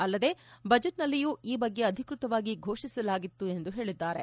ಅಲ್ಲದೆ ಬಜೆಟ್ನಲ್ಲಿಯೂ ಈ ಬಗ್ಗೆ ಅಧಿಕ್ಟಕವಾಗಿ ಘೋಷಿಸಲಾಗಿತ್ತು ಎಂದು ಹೇಳಿದ್ದಾರೆ